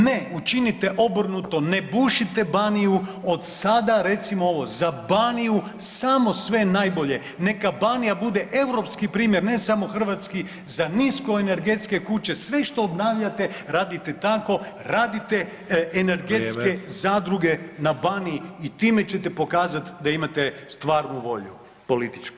Ne, učinite obrnuto ne bušite Baniju od sada recimo ovo, za Baniju samo sve najbolje, neka Banija bude europski primjer, ne samo hrvatski za niskoenergetske kuće, sve što obnavljate radite tako, radite energetske zadruge [[Upadica: Vrijeme]] na Baniji i time ćete pokazat da imate stvarnu volju političku.